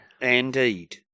Indeed